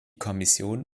kommission